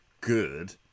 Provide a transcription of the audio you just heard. good